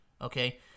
Okay